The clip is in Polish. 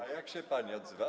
A jak się pani odzywa?